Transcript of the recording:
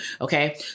okay